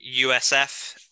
USF